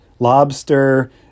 Lobster